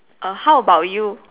err how about you